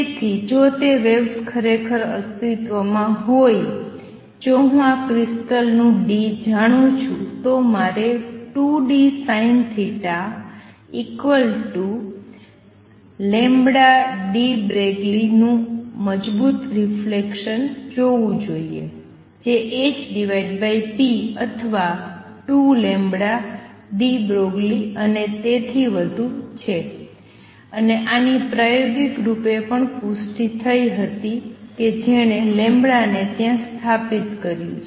તેથી જો તે વેવ્સ ખરેખર અસ્તિત્વમાં હોય જો હું આ ક્રિસ્ટલ નું d જાણું છુ તો મારે 2dSinθdeBroglie નું મજબૂત રિફ્લેક્સન જોવું જોઈએ જે hp અથવા 2λdeBroglie અને તેથી વધુ છે અને આની પ્રયોગિકરૂપે પુષ્ટિ થઈ હતી કે જેણે λ ને ત્યાં સ્થાપિત કર્યું છે